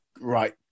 right